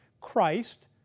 Christ